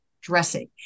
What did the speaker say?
dressing